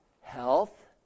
health